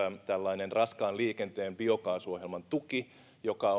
tällainen raskaan liikenteen biokaasuohjelman tuki joka